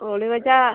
holy വച്ചാൽ